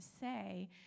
say